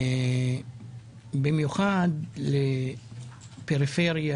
ובמיוחד לפריפריה,